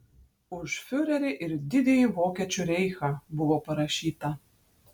už fiurerį ir didįjį vokiečių reichą buvo parašyta